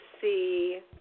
see